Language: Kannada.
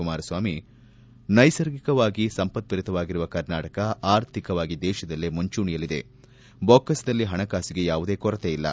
ಕುಮಾರಸ್ವಾಮಿ ನೈಸರ್ಗಿಕವಾಗಿ ಸಂಪತ್ಪರಿತವಾಗಿರುವ ಕರ್ನಾಟಕ ಆರ್ಥಿಕವಾಗಿ ದೇಶದಲ್ಲೇ ಮುಂಚೂಣಿಯಲ್ಲಿದೆಬೊಕ್ಕಸದಲ್ಲಿ ಹಣಕಾಸಿಗೆ ಯಾವುದೇ ಕೊರತೆಯಿಲ್ಲ